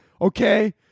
okay